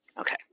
Okay